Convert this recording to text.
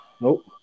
Nope